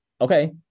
Okay